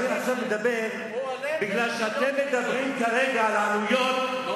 אני עכשיו מדבר כי אתם מדברים כרגע על עלויות,